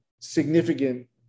significant